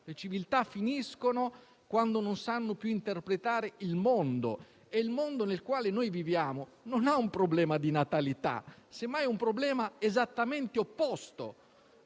le civiltà finiscono quando non sanno più interpretare il mondo e il mondo nel quale viviamo non ha un problema di natalità, ma semmai un problema esattamente opposto.